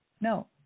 no